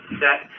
set